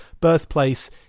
birthplace